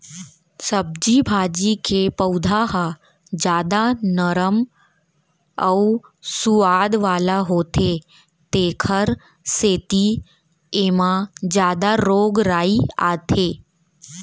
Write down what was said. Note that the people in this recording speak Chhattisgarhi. सब्जी भाजी के पउधा ह जादा नरम अउ सुवाद वाला होथे तेखर सेती एमा जादा रोग राई आथे